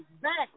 back